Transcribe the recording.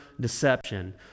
deception